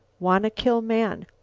wanna kill man.